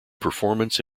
performance